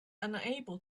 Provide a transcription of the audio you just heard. unable